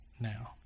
Now